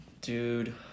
Dude